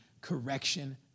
correction